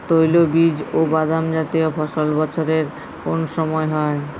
তৈলবীজ ও বাদামজাতীয় ফসল বছরের কোন সময় হয়?